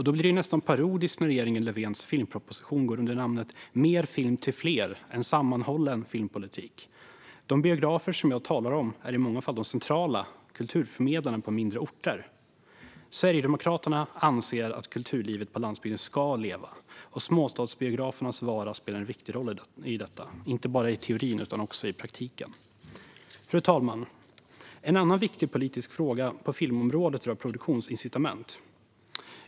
Då blir det nästan parodiskt när regeringen Löfvens filmproposition går under namnet Mer film till fler - en sammanhållen filmpolitik . De biografer som jag talar om är i många fall de centrala kulturförmedlarna på mindre orter. Sverigedemokraterna anser att kulturen på landsbygden ska leva och att småstadsbiografernas vara spelar en viktig roll i detta, inte bara i teorin utan också i praktiken. Fru talman! En annan viktig politisk fråga på filmområdet rör produktionsincitament.